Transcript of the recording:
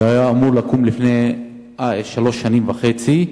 שהיה אמור לקום לפני שלוש שנים וחצי,